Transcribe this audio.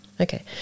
Okay